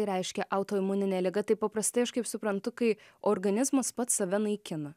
reiškia autoimuninė liga tai paprastai aš kaip suprantu kai organizmas pats save naikina